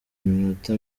iminota